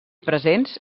presents